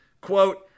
Quote